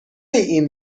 این